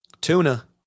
tuna